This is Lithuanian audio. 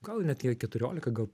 gal net jie keturiolika gal